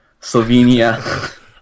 Slovenia